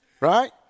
Right